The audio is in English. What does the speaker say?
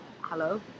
hello